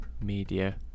media